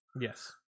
yes